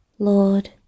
Lord